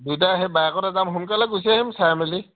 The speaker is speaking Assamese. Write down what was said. দুইটাই সেই বাইকতে যাম সোনকালে গুচি আহিম চাই মেলি